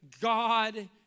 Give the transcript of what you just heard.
God